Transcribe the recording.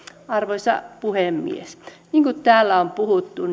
arvoisa puhemies niin kuin täällä on puhuttu